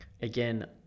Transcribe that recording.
again